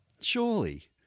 Surely